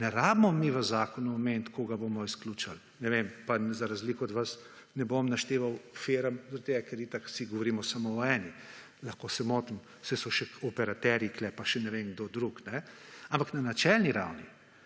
Ne rabimo mi v zakonu omeniti, koga bomo izključil. Ne vem, pa za razliko od vas ne bom našteval firm, zato ker itak vsi govorimo samo o eni. Lahko se motim, saj so še operaterji tukaj in še ne vem kdo drugi. Ampak na načelni ravni